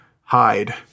hide